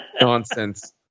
nonsense